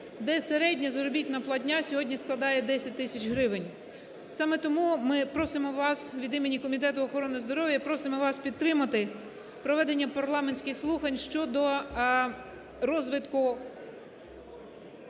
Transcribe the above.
де середня заробітна платня сьогодні складає 10 тисяч гривень. Саме тому ми просимо вас від імені Комітету охорони здоров'я, просимо вас підтримати проведення парламентських слухань щодо розвитку